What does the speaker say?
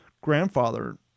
grandfather